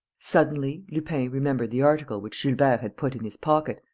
suddenly, lupin remembered the article which gilbert had put in his pocket,